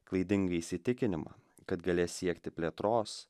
klaidingą įsitikinimą kad galės siekti plėtros